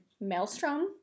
Maelstrom